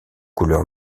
couleur